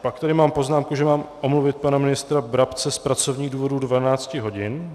Pak tady mám poznámku, že mám omluvit pana ministra Brabce z pracovních důvodů do 12 hodin.